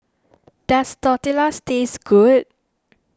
does Tortillas taste good